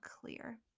clear